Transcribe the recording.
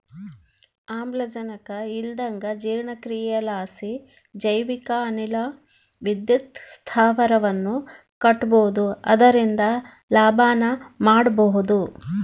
ಆಮ್ಲಜನಕ ಇಲ್ಲಂದಗ ಜೀರ್ಣಕ್ರಿಯಿಲಾಸಿ ಜೈವಿಕ ಅನಿಲ ವಿದ್ಯುತ್ ಸ್ಥಾವರವನ್ನ ಕಟ್ಟಬೊದು ಅದರಿಂದ ಲಾಭನ ಮಾಡಬೊಹುದು